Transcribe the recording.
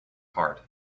heart